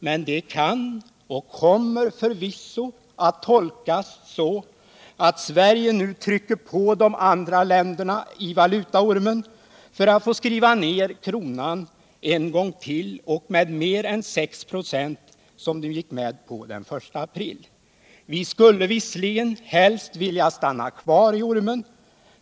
Men de kan och kommer förvisso att tolkas så att Sverige nu trycker på de andra länderna i valutaormen för att få skriva ner kronan en gång till och med mera än 6 procent som de gick med på den 1 april. Vi skulle visserligen helst vilja stanna kvar i ormen.